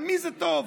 למי זה טוב?